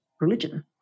religion